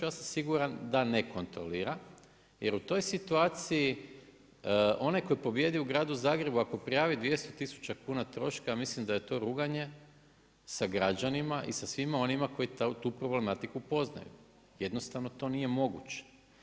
Ja sam siguran da ne kontrolira jer u toj situaciji onaj tko pobijedio u gradu Zagrebu ako prijavi 200 tisuća kuna troška ja mislim da je to ruganje sa građanima i sa svima onima koji tu problematiku poznaju i jednostavno to nije moguće.